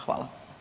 Hvala.